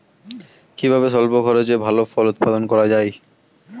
কিভাবে স্বল্প খরচে ভালো ফল উৎপাদন করা যায়?